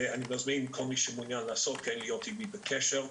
ואני מזמין את כל מי שמעוניין להיות עימי בקשר.